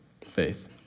faith